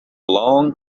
long